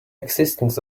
existence